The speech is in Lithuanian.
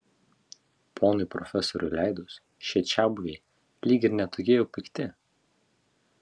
ponui profesoriui leidus šie čiabuviai lyg ir ne tokie jau pikti